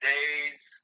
Days